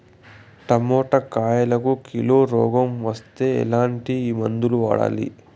Tomato కాయలకు కిలో రోగం వస్తే ఎట్లాంటి మందులు వాడాలి?